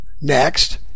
Next